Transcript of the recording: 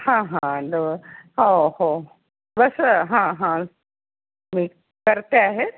हां हां हो हो बस हां हां मी करते आहे